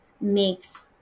makes